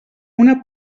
una